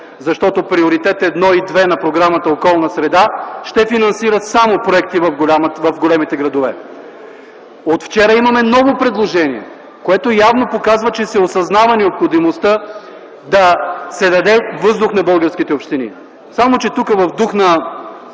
защото приоритет 1 и 2 на Програмата „Околна среда” ще финансира проекти само в големите градове. От вчера имаме ново предложение, което явно показва, че се осъзнава необходимостта да се даде въздух на българските общини. Тук в дух на